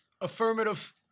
Affirmative